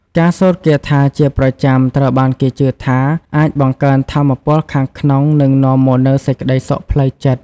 ការសូត្រគាថាជាប្រចាំត្រូវបានគេជឿថាអាចបង្កើនថាមពលខាងក្នុងនិងនាំមកនូវសេចក្តីសុខផ្លូវចិត្ត។